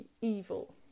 evil